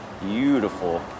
Beautiful